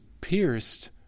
pierced